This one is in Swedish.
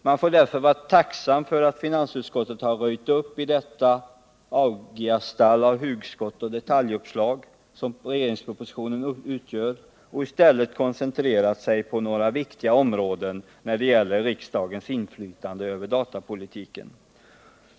Man får därför vara tacksam för att finansutskottet har röjt upp i detta augiasstall av hugskott och detaljbeslut, som propositionen utgör, och i stället koncentrerat sig på några viktiga områden när det gäller riksdagens inflytande över datapolitiken.